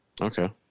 Okay